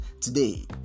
today